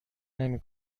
نمی